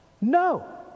No